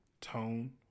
tone